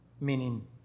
Meaning